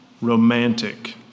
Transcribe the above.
romantic